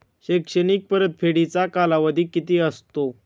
शैक्षणिक परतफेडीचा कालावधी किती असतो?